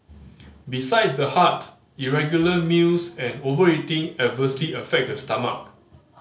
besides the heart irregular meals and overeating adversely affect the stomach